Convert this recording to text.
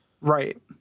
Right